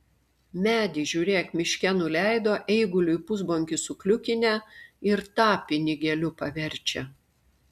medį žiūrėk miške nuleido eiguliui pusbonkį sukliukinę ir tą pinigėliu paverčia